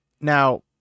now